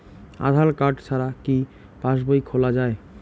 আধার card ছাড়া কি passbook খোলা যায়?